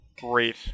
great